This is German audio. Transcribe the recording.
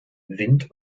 wind